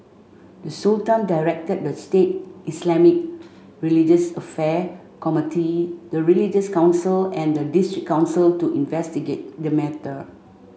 the Sultan directed the state Islamic religious affair committee the religious council and the district council to investigate the matter